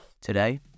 Today